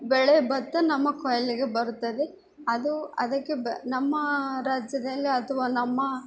ಬೆಳೆ ಬತ್ತ ನಮ್ಮ ಕೊಯ್ಲಿಗೆ ಬರುತ್ತದೆ ಅದು ಅದಕ್ಕೆ ಬ ನಮ್ಮ ರಾಜ್ಯದಲ್ಲಿ ಅಥ್ವ ನಮ್ಮ